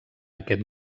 aquest